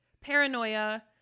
paranoia